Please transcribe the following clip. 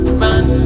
run